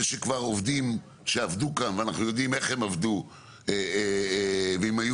אלה עובדים שעבדו כאן ואנחנו יודעים איך הם עבדו ואם היו